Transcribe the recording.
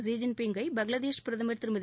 Xi ஜின்பிங்கை பங்களாதேஷ் பிரதமர் திருமதி